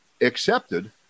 accepted